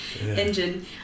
engine